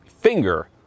finger